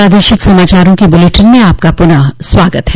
प्रादेशिक समाचारों के इस बुलेटिन में आपका फिर से स्वागत है